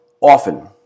Often